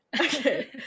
Okay